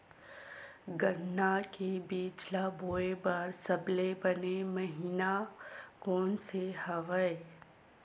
गन्ना के बीज ल बोय बर सबले बने महिना कोन से हवय?